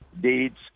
deeds